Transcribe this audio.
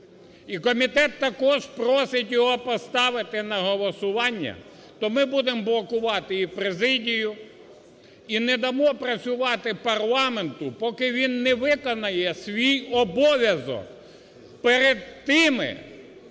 і комітет також просить його поставити на голосування, то ми будемо блокувати і президію, і не дамо працювати парламенту, поки він не виконає свій обов'язок перед тими,